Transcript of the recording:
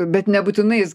bet nebūtinai jis